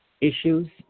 issues